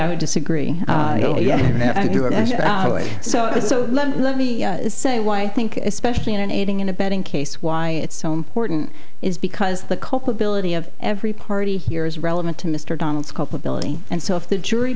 i would disagree that i'm doing so so let me say why i think especially in an aiding and abetting case why it's so important is because the culpability of every party here is relevant to mr donaldson culpability and so if the jury